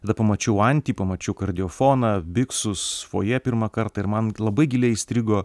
tada pamačiau antį pamačiau kardiofoną biksus fojė pirmą kartą ir man labai giliai įstrigo